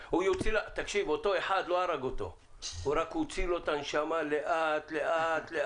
אותו אחד לא הרג אותו אלא רק הוציא לו את הנשמה לאט לאט.